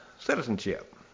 citizenship